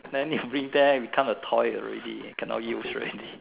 then you bring there become a toy already cannot use already